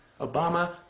Obama